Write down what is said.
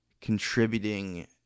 contributing